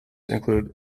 include